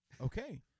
Okay